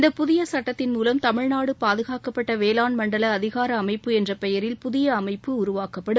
இந்த புதிய சட்டத்தின் மூலம் தமிழ்நாடு பாதுகாக்கப்பட்ட வேளாண் மண்டல அதிகார அமைப்பு என்ற பெயரில் புதிய அமைப்பு உருவாக்கப்படும்